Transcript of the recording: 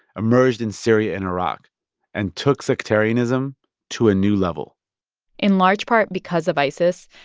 emerged in syria and iraq and took sectarianism to a new level in large part because of isis,